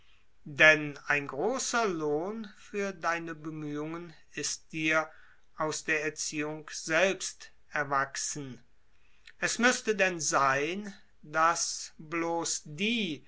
denn ein großer lohn für deine bemühungen ist dir aus der erziehung selbst erwachsen es müßte denn sein daß die